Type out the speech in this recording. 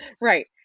Right